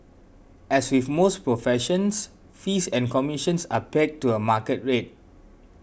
as with most professions fees and commissions are pegged to a market rate